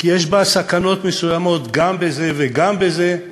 כי יש בה סכנות מסוימות גם בזה וגם בזה.